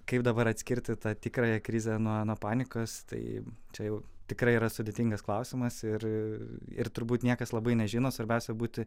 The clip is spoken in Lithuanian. kaip dabar atskirti tą tikrąją krizę nuo nuo panikos tai čia jau tikrai yra sudėtingas klausimas ir ir turbūt niekas labai nežino svarbiausia būti